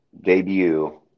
debut